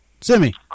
Semi